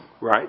Right